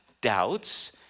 doubts